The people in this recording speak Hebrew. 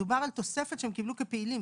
מדובר על תוספת שהם קיבלו כפעילים.